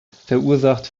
verursacht